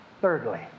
thirdly